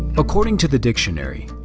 according to the dictionary,